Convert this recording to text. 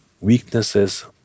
weaknesses